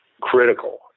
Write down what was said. critical